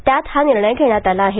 त्यात हा निर्णय घेण्यात आला आहे